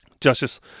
Justice